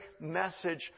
message